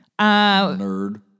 Nerd